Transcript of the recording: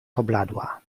pobladła